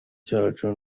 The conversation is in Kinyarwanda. cyacu